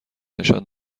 نشان